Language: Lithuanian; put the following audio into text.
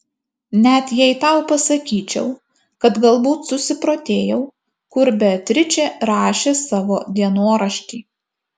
net jei tau pasakyčiau kad galbūt susiprotėjau kur beatričė rašė savo dienoraštį